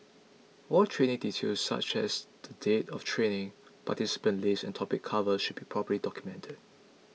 all training details such as the date of training participant list and topic covered should be properly documented